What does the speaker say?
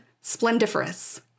Splendiferous